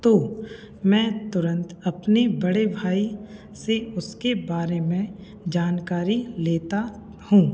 तो मैं तुरंत अपने बड़े भाई से उसके बारे में जानकारी लेता हूँ